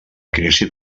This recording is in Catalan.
crisi